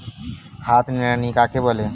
হাত নিড়ানি কাকে বলে?